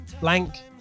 Blank